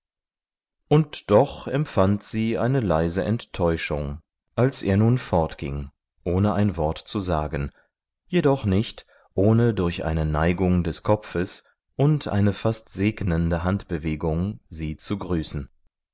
und doch empfand sie eine leise enttäuschung als er nun fortging ohne ein wort zu sagen jedoch nicht ohne durch eine neigung des kopfes und eine fast segnende handbewegung sie zu grüßen